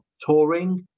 touring